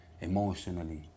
emotionally